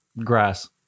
grass